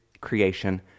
creation